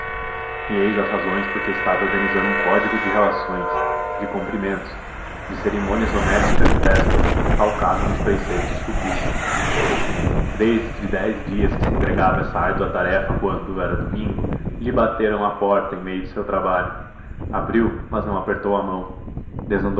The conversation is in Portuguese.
e eis a razão por que estava organizando um código de relações de cumprimentos de cerimônias domésticas e festas calcado nos preceitos tupis desde dez dias que se entregava a essa árdua tarefa quando era domingo lhe bateram à porta em meio de seu trabalho abriu mas não apertou a mão